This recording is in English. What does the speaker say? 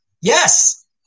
Yes